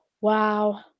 Wow